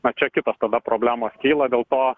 na čia kitos tada problemos kyla dėlto